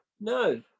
No